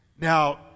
Now